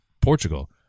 Portugal